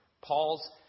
Paul's